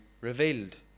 revealed